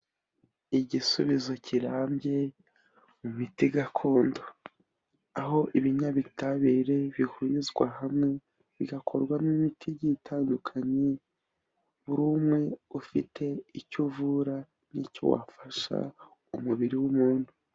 Igisubizo kirambye mu miti gakondo, aho ibinyabitabire bihurizwa hamwe bigakorwa n'imiti itandukanye, buri umwe ufite icyo uvura n'icyo wafasha umubiri w'umuntu.